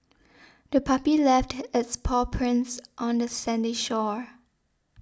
the puppy left its paw prints on the sandy shore